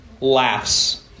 laughs